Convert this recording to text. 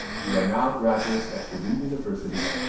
you are now graduates of purdue university,